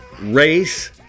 Race